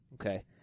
Okay